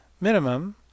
Minimum